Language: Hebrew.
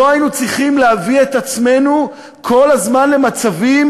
לא היינו צריכים להביא את עצמנו כל הזמן למצבים